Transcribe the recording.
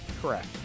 Correct